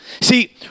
See